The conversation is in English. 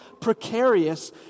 precarious